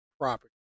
property